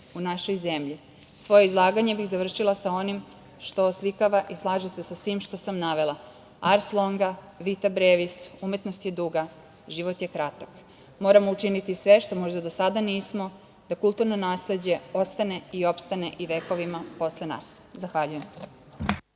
u našoj zemlji. Svoje izlaganje bih završila sa onim što odslikava i slaže se sa svim što sam navela „Ars longa vita brevis“, umetnost je duga, život je kratak. Moramo učiniti sve što možda do sada nismo da kulturno nasleđe ostane i opstane vekovima posle nas. Zahvaljujem.